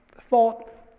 thought